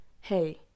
hey